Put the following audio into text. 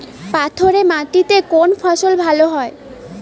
পাথরে মাটিতে কোন ফসল ভালো হয়?